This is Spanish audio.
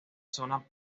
zona